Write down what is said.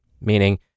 meaning